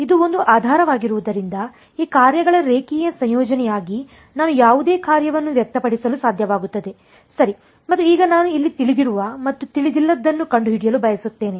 ಇದು ಒಂದು ಆಧಾರವಾಗಿರುವುದರಿಂದ ಈ ಕಾರ್ಯಗಳ ರೇಖೀಯ ಸಂಯೋಜನೆಯಾಗಿ ನಾನು ಯಾವುದೇ ಕಾರ್ಯವನ್ನು ವ್ಯಕ್ತಪಡಿಸಲು ಸಾಧ್ಯವಾಗುತ್ತದೆ ಸರಿ ಮತ್ತು ಈಗ ನಾನು ಇಲ್ಲಿ ತಿಳಿದಿರುವ ಮತ್ತು ತಿಳಿದಿಲ್ಲದದ್ದನ್ನು ಕಂಡುಹಿಡಿಯಲು ಬಯಸುತ್ತೇನೆ